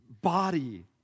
body